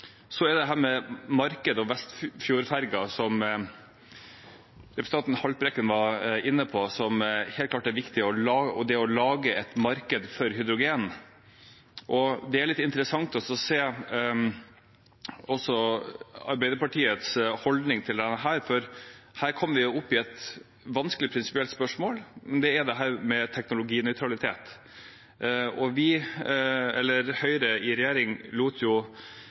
Så til dette med marked – vestfjordferja, som representanten Haltbrekken var inne på, og det å lage et marked for hydrogen. Det er litt interessant å se også Arbeiderpartiets holdning til dette, for her kommer vi opp i et vanskelig prinsipielt spørsmål, og det er dette med teknologinøytralitet. Og vi, eller Høyre i regjering, lot jo